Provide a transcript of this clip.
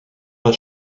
pas